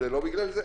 זה לא בגלל זה.